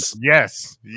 yes